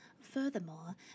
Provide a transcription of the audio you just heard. Furthermore